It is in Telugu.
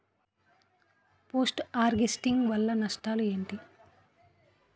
పోస్ట్ హార్వెస్టింగ్ వల్ల నష్టాలు ఏంటి?